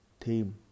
theme